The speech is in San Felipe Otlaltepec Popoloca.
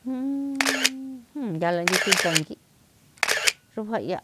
yala ndithun tangi' xrujaia